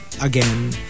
again